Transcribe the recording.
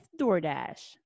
DoorDash